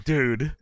Dude